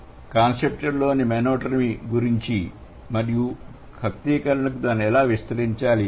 ఇక్కడ మనం conceptual metonymy గురించి మరియు కర్తీకరణకు దానిని ఎలా విస్తరించాలి